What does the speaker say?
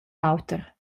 l’auter